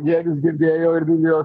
jie vis girdėjo ir vilijos